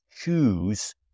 choose